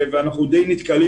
ואנחנו די נתקלים